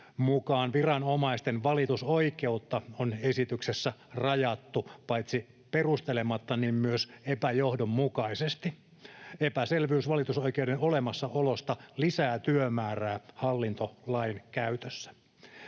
mukaan viranomaisten valitusoikeutta on esityksessä rajattu paitsi perustelematta myös epäjohdonmukaisesti. Epäselvyys valitusoikeuden olemassaolosta lisää työmäärää hallintolainkäytössä.